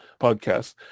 podcast